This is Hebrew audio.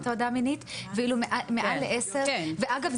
הטרדה מינית ואילו מעל ל-10 -- נכון.